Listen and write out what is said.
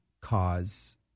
cause